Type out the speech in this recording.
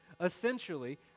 Essentially